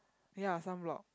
ya sunblock